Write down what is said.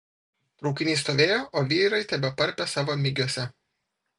traukinys stovėjo o vyrai tebeparpė savo migiuose